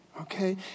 Okay